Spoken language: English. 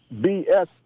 BS